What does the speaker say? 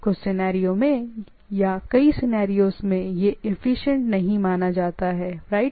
कुछ सिनेरियो में या कई सिनेरियोस में यह एफिशिएंट नहीं माना जाता है राइट